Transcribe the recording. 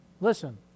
Listen